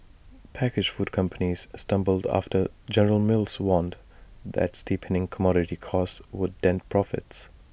packaged food companies stumbled after general mills warned that steepening commodity costs would dent profits